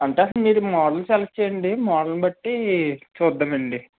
అందాక మీరు model select చెయ్యండి మోడల్ని బట్టీ చూద్దామండి